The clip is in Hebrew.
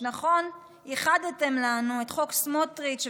סמוטריץ', נכון, איחדתם לנו את חוק סמוטריץ'